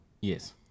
yes